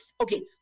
Okay